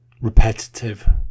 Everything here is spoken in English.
Repetitive